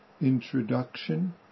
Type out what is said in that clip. introduction